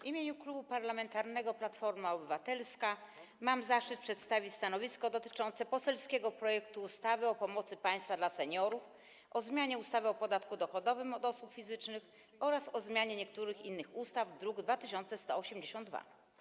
W imieniu Klubu Parlamentarnego Platforma Obywatelska mam zaszczyt przedstawić stanowisko dotyczące poselskiego projektu ustawy o pomocy państwa dla seniorów, o zmianie ustawy o podatku dochodowym od osób fizycznych oraz o zmianie niektórych innych ustaw, druk nr 2182.